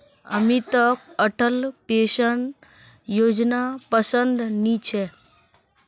अमितक अटल पेंशन योजनापसंद नी छेक